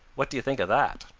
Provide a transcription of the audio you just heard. what do you think of that?